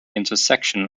intersection